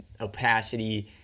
opacity